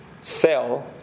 sell